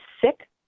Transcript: sick